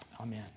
Amen